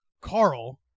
Carl